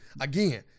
Again